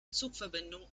zugverbindungen